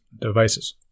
devices